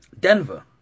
Denver